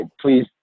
Please